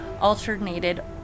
alternated